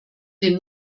den